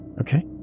Okay